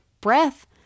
breath